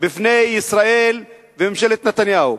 בפני ישראל וממשלת נתניהו.